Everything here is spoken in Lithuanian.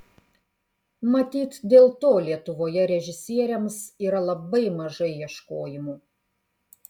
matyt dėl to lietuvoje režisieriams yra labai mažai ieškojimų